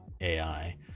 ai